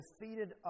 defeated